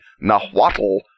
Nahuatl